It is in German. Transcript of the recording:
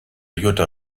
jutta